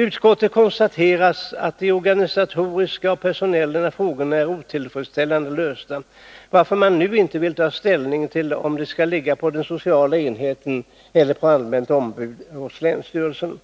Utskottet konstaterar att de organisatoriska och personella frågorna är otillfredsställande lösta, varför man nu inte vill ta ställning till om de skall ligga på den sociala enheten eller på ett allmänt ombud hos länsstyrelsen.